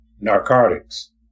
narcotics